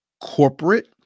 corporate